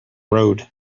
road